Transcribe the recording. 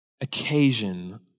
occasion